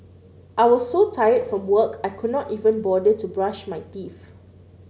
I was so tired from work I could not even bother to brush my teeth